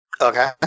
Okay